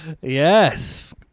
Yes